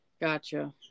Gotcha